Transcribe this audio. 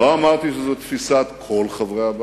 לא אמרתי שזו תפיסת כל חברי הבית,